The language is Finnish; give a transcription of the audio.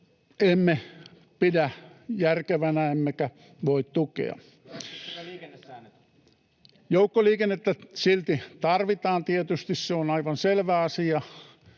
liikennesäännöt? — Naurua] Joukkoliikennettä silti tarvitaan tietysti, se on aivan selvä asia,